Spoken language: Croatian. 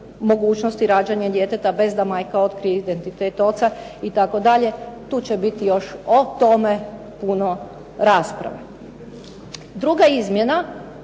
mogućnosti rađanja djeteta bez da majka otkrije identitet oca itd., tu će biti još o tome puno rasprave. Druga izmjena,